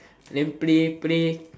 then play play